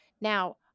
Now